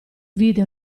vide